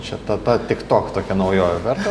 čia ta ta tiktok tokia naujovė verta